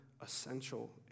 essential